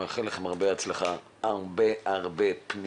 אני מאחל לכם הרבה הצלחה.